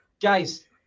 Guys